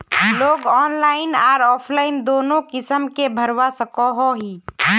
Loan online आर offline दोनों किसम के भरवा सकोहो ही?